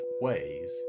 ways